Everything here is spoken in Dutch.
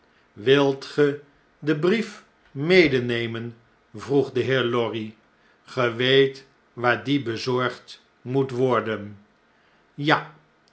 wilt ge den brief medenemen vroeg de heer lorry ge weet waar die bezorgd moet worden ja